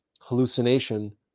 hallucination